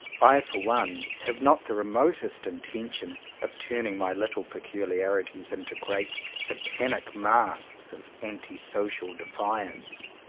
i for one, have not the re motest intention of turning my little peculi arities into great satanic masks of anti social defiance.